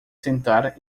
sentar